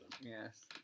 Yes